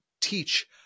teach